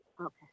okay